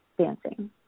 dancing